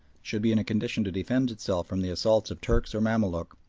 should be in a condition to defend itself from the assaults of turk or mamaluk,